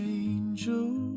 angel